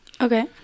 Okay